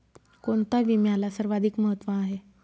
कोणता विम्याला सर्वाधिक महत्व आहे?